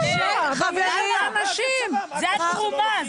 זאת תרומה.